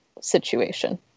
situation